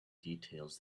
details